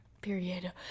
Period